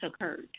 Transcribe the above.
occurred